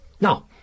Now